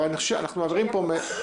מעבירים פה מסר.